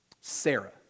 Sarah